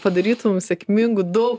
padarytum sėkmingų daug